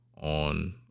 on